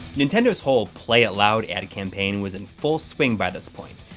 nintendo's whole play it loud ad campaign was in full swing by this point,